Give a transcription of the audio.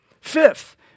Fifth